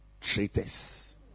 traitors